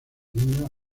niños